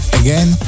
again